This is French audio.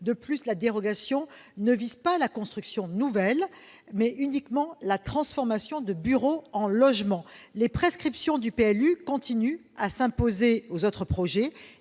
De plus, la dérogation vise non les constructions nouvelles, mais la transformation de bureaux en logements. Les prescriptions du PLU continuent à s'imposer aux autres projets,